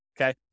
okay